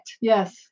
Yes